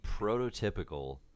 prototypical